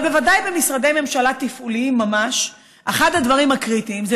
אבל בוודאי במשרדי ממשלה תפעוליים ממש אחד הדברים הקריטיים זה